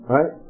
Right